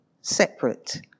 separate